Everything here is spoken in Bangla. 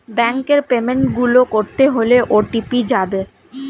ব্যাংকের পেমেন্ট গুলো করতে হলে ও.টি.পি যাবে